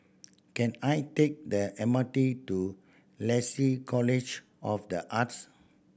can I take the M R T to Lasalle College of The Arts